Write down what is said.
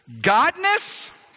godness